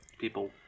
people